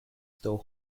still